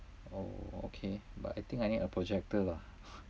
oh okay but I think I need a projector lah